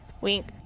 wink